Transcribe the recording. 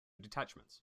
detachments